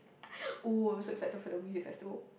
!woo! I'm so excited for the music festival